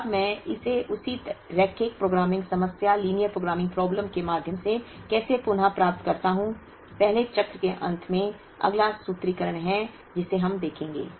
अब मैं इसे उसी रैखिक प्रोग्रामिंग समस्या लिनियर प्रोग्रामिंग प्रोबलम के माध्यम से कैसे पुनः प्राप्त करता हूं पहले चक्र के अंत में अगला सूत्रीकरण है जिसे हम देखेंगे